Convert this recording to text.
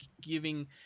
giving